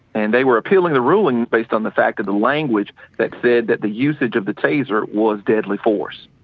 and they were appealing the ruling based on the fact that the language that said that the usage of the taser was deadly force.